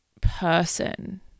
person